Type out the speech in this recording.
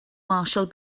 marshall